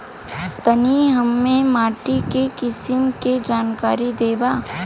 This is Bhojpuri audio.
तनि हमें माटी के किसीम के जानकारी देबा?